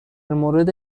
مورد